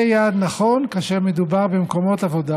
זה יעד נכון כאשר מדובר במקומות עבודה